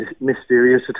mysterious